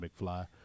McFly